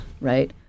right